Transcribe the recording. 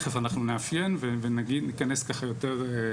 תכף אנחנו נאפיין ונגיד, ניכנס ככה יותר.